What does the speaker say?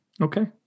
Okay